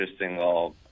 interesting